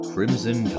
Crimson